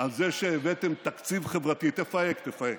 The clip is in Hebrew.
על זה שהבאתם תקציב חברתי, תפהק, תפהק.